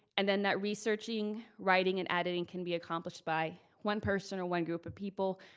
and then that researching, writing and editing can be accomplished by one person or one group of people,